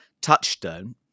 touchstone